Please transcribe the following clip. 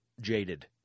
jaded